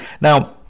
now